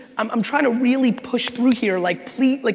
um i'm trying to really push through here, like please, like